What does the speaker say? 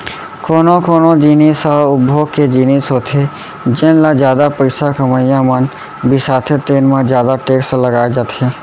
कोनो कोनो जिनिस ह उपभोग के जिनिस होथे जेन ल जादा पइसा कमइया मन बिसाथे तेन म जादा टेक्स लगाए जाथे